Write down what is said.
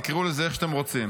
תקראו לזה איך שאתם רוצים.